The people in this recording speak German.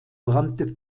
brannte